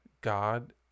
God